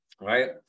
right